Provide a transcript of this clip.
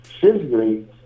physically